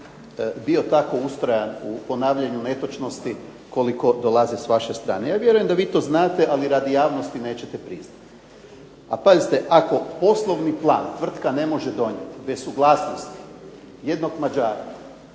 bio tako ustrajan u ponavljanju netočnosti koliko prolaze s vaše strane. Ja vjerujem da vi to znate, ali radi javnosti nećete priznati. A pazite ako osnovni plan tvrtka ne može donijeti bez suglasnosti jednog Mađara